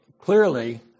clearly